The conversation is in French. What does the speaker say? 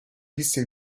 lycée